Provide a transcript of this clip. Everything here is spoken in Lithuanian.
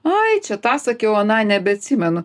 ai čia tą sakiau aną nebeatsimenu